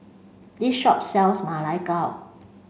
this shop sells Ma Lai Gao